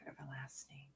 everlasting